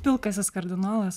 pilkasis kardinolas